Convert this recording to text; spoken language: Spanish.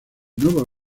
nuevos